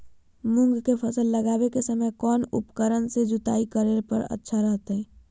मूंग के फसल लगावे के समय कौन उपकरण से जुताई करला पर अच्छा रहतय?